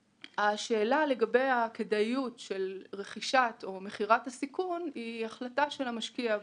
השאלה לגבי הכדאיות של רכישת או מכירת הסיכון היא החלטה של המשקיע.